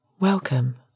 Welcome